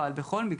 אבל בכל מקרה,